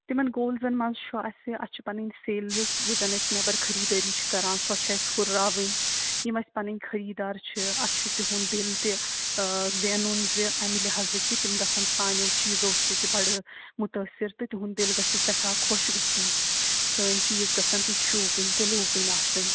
تِمَن گولزَ منٛز چھُ اَسہِ اَسہِ چھِ پَنٕنۍ سیلٕز یُس زَن أسۍ نٮ۪بر خٔریٖدٲری چھِ کَران سۄ چھِ اَسہِ ہُراوٕنۍ یِم اَسہِ پَنٕنۍ خٔریٖدار چھِ اَسہِ چھُ تِہُنٛد دِل تہِ زینُن زِ اَمہِ لِحاظٕ کہِ تِم گژھان سانٮ۪و چیٖزو سۭتۍ بَڈٕ مُتٲثر تہٕ تِہُنٛد دِل گژھِ سٮ۪ٹھاہ خۄش گژھُن سٲنۍ چیٖز گژھان تہِ شوٗبہٕ وٕنۍ تہٕ لوٗبہٕ وٕنۍ آسٕنۍ